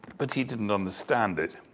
but he didn't understand it.